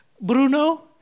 Bruno